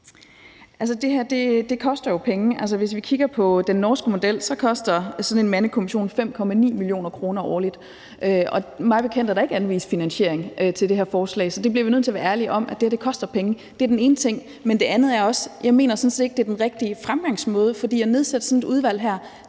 det her koster jo penge. Hvis vi kigger på den norske model, koster sådan en mandekommission 5,9 mio. kr. årligt, og mig bekendt er der ikke anvist finansiering til det her forslag, så vi bliver nødt til at være ærlige om, at det her koster penge. Det er den ene ting. Det andet er også, at jeg sådan set ikke mener, det er den rigtige fremgangsmåde, for at nedsætte sådan et udvalg her